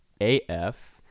af